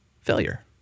failure